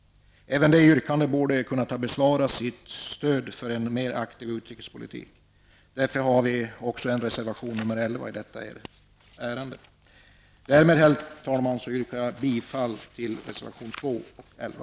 Även det yrkandet borde ha kunnat besvarats till stöd för en mer aktiv utrikespolitik. Vi har därför avgett reservation nr 11 i detta ärende. Herr talman! Härmed yrkar jag bifall till reservation 2 och 11.